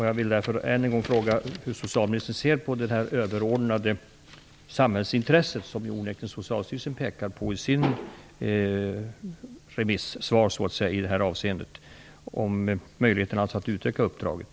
Jag vill än en gång fråga hur socialministern ser på det överordnade samhällsintresse som Socialstyrelsen pekar på i sitt remissvar i det här avseendet och på möjligheterna att utöka uppdraget.